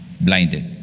blinded